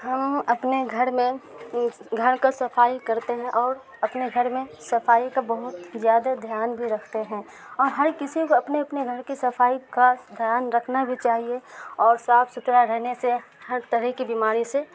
ہم اپنے گھر میں گھر کا صفائی کرتے ہیں اور اپنے گھر میں صفائی کا بہت زیادہ دھیان بھی رکھتے ہیں اور ہر کسی کو اپنے اپنے گھر کی صفائی کا دھیان رکھنا بھی چاہیے اور صاف ستھرا رہنے سے ہر طرح کی بیماری سے